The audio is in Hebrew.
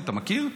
אני,